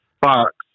Fox